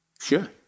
Sure